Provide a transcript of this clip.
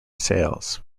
sales